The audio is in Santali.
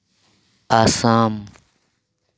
ᱟᱥᱟᱢ